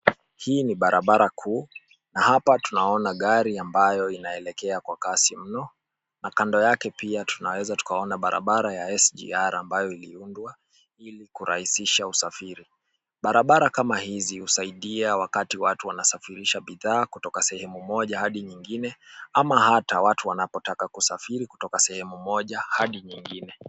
Hii ni barabara kuu na hapa tunaona gari ambayo inaelekea kwa kasi mno na kando yake pia tunaweza tukaona barabara ya SGR ambayo iliundwa ilikurahisha usafiri. Barabara kama hizi husaidia wakati watu wanasafirisha bidhaa kutoka sehemu moja hadi nyingine ama hata watu wanapotaka kusafiri kutoka sehemu moja hadi nyingine.